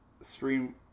stream